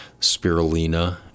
Spirulina